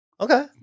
okay